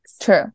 True